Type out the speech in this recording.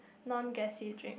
non gassy drink